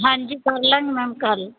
ਹਾਂਜੀ ਕਰ ਲਵਾਂਗੇ ਮੈਮ ਕਰ